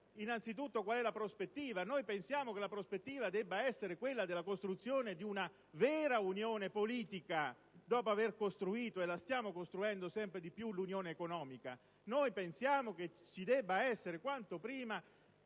è, anzitutto, quale sia la prospettiva. Pensiamo che la prospettiva debba essere quella della costruzione di una vera unione politica, dopo avere costruito - e la stiamo costruendo sempre più - l'Unione economica. Pensiamo vi debba essere quanto prima